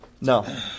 No